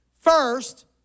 First